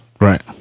Right